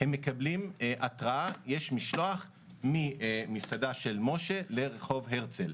הם מקבלים התראה שיש משלוח ממסעדה מסוימת לרחוב מסוים.